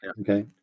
Okay